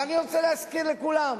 אבל אני רוצה להזכיר לכולם,